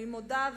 אני מודה,